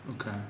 Okay